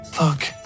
Look